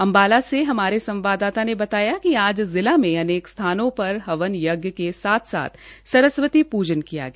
अम्बाला से हमारे संवाददाता ने बताया कि आज जिला में अनके स्थानों पर हवन यज्ञ के साथ सरस्वती पूजन किया गया